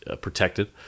protected